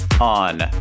on